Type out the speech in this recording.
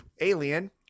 Alien